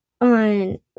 on